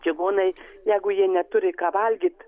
čigonai jeigu jie neturi ką valgyt